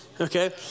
okay